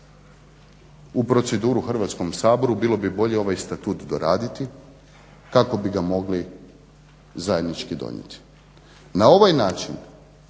u proceduru Hrvatskom saboru bilo bi bolje ovaj statut doraditi kako bi ga mogli zajednički donijeti. Na ovaj način